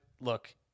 look